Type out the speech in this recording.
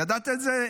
ידעת את זה,